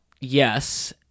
yes